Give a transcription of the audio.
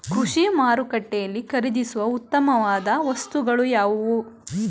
ಕೃಷಿ ಮಾರುಕಟ್ಟೆಯಲ್ಲಿ ಖರೀದಿಸುವ ಉತ್ತಮವಾದ ವಸ್ತುಗಳು ಯಾವುವು?